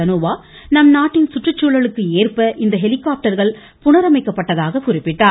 தனோவா நம்நாட்டின் சுற்றுச்சூழலுக்கு ஏற்ப இந்த ஹெலிகாப்டர்கள் புனரமைக்கப்பட்டதாக குறிப்பிட்டார்